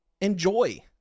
Enjoy